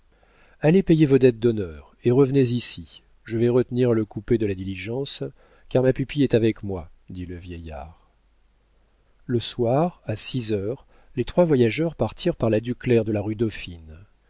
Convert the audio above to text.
allez payer vos dettes d'honneur et revenez ici je vais retenir le coupé de la diligence car ma pupille est avec moi dit le vieillard le soir à six heures les trois voyageurs partirent par la ducler de la rue dauphine